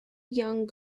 young